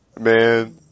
Man